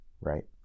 right